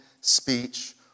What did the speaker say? speech